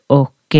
och